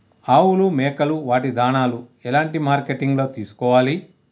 ఆవులు మేకలు వాటి దాణాలు ఎలాంటి మార్కెటింగ్ లో తీసుకోవాలి?